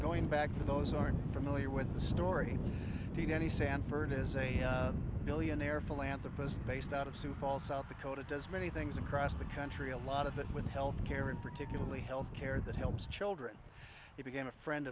going back to those aren't familiar with the story seen any sanford is a billionaire philanthropist based out of sioux falls south dakota does many things across the country a lot of it with health care and particularly health care that helps children it became a friend